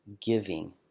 Giving